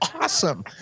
awesome